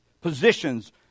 positions